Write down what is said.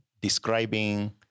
describing